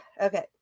Okay